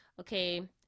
Okay